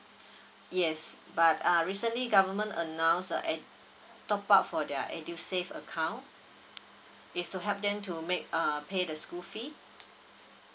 yes but uh recently government announced err at top up for their edusave account it's to help them to make err pay the school fees